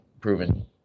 proven